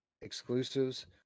exclusives